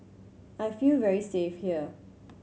I feel very safe here